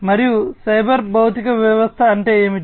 మరియు సైబర్ భౌతిక వ్యవస్థ అంటే ఏమిటి